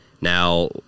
now